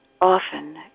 often